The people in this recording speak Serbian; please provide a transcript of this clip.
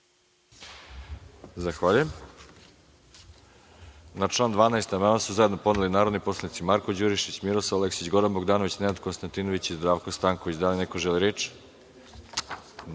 Zahvaljujem. Na član 12. amandman su zajedno podneli narodni poslanici Marko Đurišić, Miroslav Aleksić, Goran Bogdanović, Nenad Konstantinović i Zdravko Stanković. Da li neko želi reč?